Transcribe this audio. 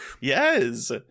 yes